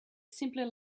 simply